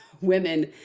women